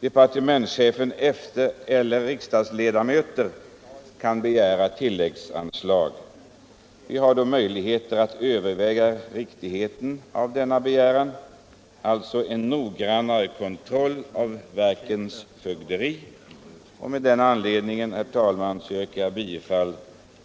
Det kan då gälla mer pengar än de 10 96 som vi talar om i dag. Vi har då möjlighet att överväga riktigheten av denna begäran och göra en noggrannare kontroll av verkens fögderi. Av den anledningen yrkar jag, herr talman, bifall